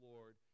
Lord